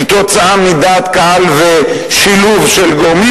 כתוצאה מדעת קהל ומשילוב של גורמים,